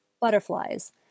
butterflies